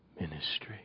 ministry